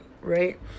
right